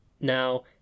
now